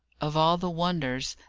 of all the wonders,